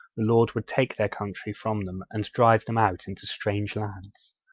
the lord would take their country from them and drive them out into strange lands.